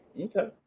Okay